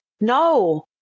No